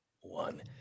one